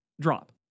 drop